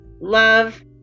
love